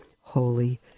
holy